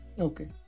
Okay